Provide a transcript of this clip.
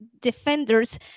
defenders